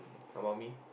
about me